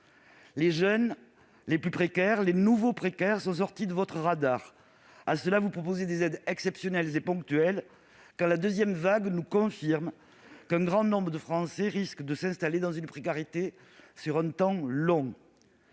Les jeunes les plus précaires, les nouveaux précaires sont sortis de vos radars. À ceux-là, vous proposez des aides exceptionnelles et ponctuelles, quand la deuxième vague nous confirme qu'un grand nombre de Français risquent de s'installer dans une précarité sur un temps long.